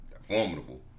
formidable